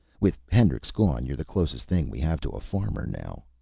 with hendrix gone, you're the closest thing we have to a farmer now.